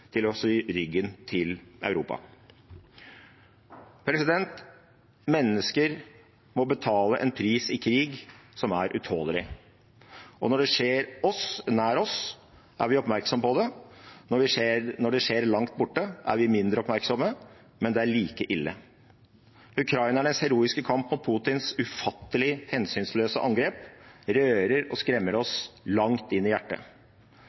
til å snu ryggen til Europa. Mennesker må betale en pris i krig som er utålelig. Når det skjer nær oss, er vi oppmerksom på det. Når det skjer langt borte, er vi mindre oppmerksomme, men det er like ille. Ukrainernes heroiske kamp mot Putins ufattelig hensynsløse angrep rører og skremmer oss langt inn i hjertet,